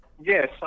Yes